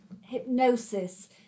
hypnosis